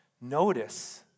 Notice